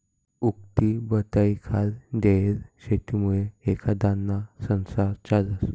उक्तीबटाईखाल देयेल शेतीमुये एखांदाना संसार चालस